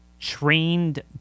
Trained